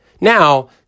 Now